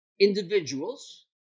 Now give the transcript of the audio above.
individuals